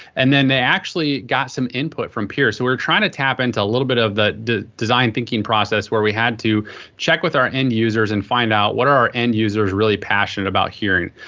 and then they actually got some input from peers. so we were trying to tap into a little bit of the the design thinking process where we had to check with our end users and find out what are our end users really passionate about hearing?